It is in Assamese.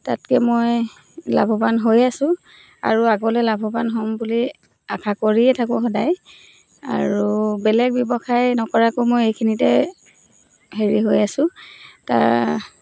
তাতকৈ মই লাভৱান হৈ আছো আৰু আগলৈ লাভৱান হ'ম বুলি আশা কৰিয়েই থাকোঁ সদায় আৰু বেলেগ ব্যৱসায় নকৰাকৈ মই এইখিনিতে হেৰি হৈ আছো